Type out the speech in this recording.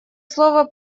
слово